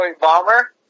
bomber